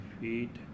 feet